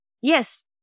Yes